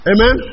Amen